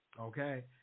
Okay